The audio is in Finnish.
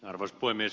arvoisa puhemies